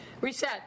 Reset